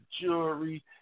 jewelry